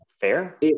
fair